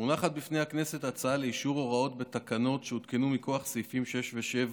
מונחת בפני הכנסת הצעה לאישור הוראות בתקנות שהותקנו מכוח סעיפים 6 ו-7